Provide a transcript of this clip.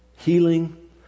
Healing